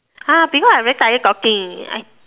!huh! because I very tired talking I